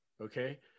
okay